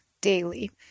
daily